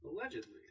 Allegedly